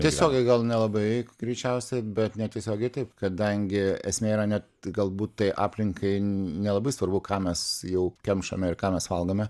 tiesiogiai gal nelabai greičiausiai bet netiesiogiai taip kadangi esmė yra net galbūt tai aplinkai nelabai svarbu ką mes jau kemšame ir ką mes valgome